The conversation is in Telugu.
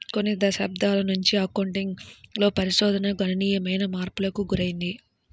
కొన్ని దశాబ్దాల నుంచి అకౌంటింగ్ లో పరిశోధన గణనీయమైన మార్పులకు గురైంది